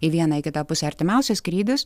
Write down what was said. į vieną į kitą pusę artimiausias skrydis